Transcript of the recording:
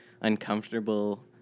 uncomfortable